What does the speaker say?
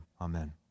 Amen